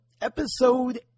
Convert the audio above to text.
episode